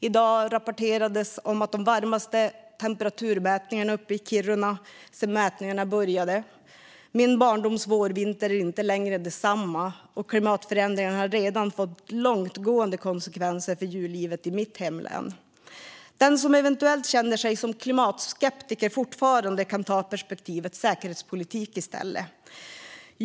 I dag rapporterades om de högsta temperaturerna uppe i Kiruna sedan mätningarna började. Min barndoms vårvinter är inte längre densamma, och klimatförändringarna har redan fått långtgående konsekvenser för djurlivet i mitt hemlän. Den som eventuellt fortfarande känner sig som en klimatskeptiker kan ta perspektivet säkerhetspolitik i stället.